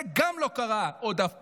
זה גם עוד לא קרה אף פעם.